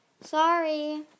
Sorry